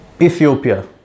Ethiopia